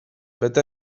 bet